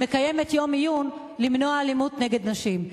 מקיימת יום עיון למנוע אלימות נגד נשים.